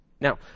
Now